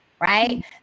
right